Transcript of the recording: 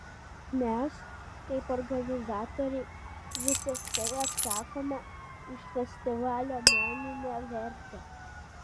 mes kaip organizatoriai visiškai atsakome už festivalio meninę vertę